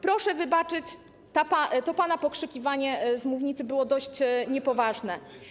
Proszę wybaczyć, to pana pokrzykiwanie z mównicy było dość niepoważne.